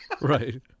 right